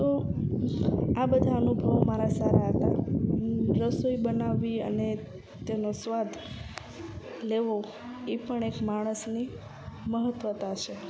તો આ બધા અનુભવો મારા સારા હતા રસોઈ બનાવવી અને તેનો સ્વાદ લેવો એ પણ એક માણસની મહત્ત્વતા છે